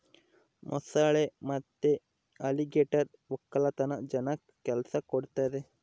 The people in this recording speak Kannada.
ಮೊಸಳೆ ಮತ್ತೆ ಅಲಿಗೇಟರ್ ವಕ್ಕಲತನ ಜನಕ್ಕ ಕೆಲ್ಸ ಕೊಡ್ತದೆ